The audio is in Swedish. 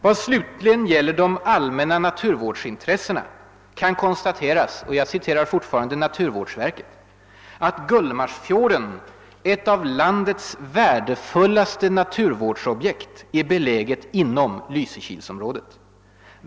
——— Vad slutligen gäller de allmänna naturvårdsintressena kan konstateras att Gullmarsfjorden, ett av landets värdefullaste naturvårdsobjekt, är belägen inom Lysekilsområdet.